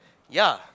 yeah